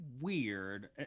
weird